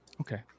Okay